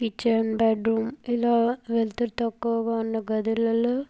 kitchen bedroom ఇలా వెలుతురు తక్కువగా ఉన్న గదులలో